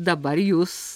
dabar jūs